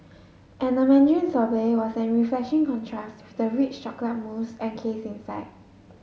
and the mandarin sorbet was a refreshing contrast with the rich chocolate mousse encase inside